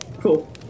Cool